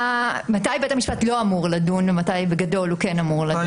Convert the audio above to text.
מתי בית המשפט לא אמור לדון ומתי בגדול הוא כן אמור לדון?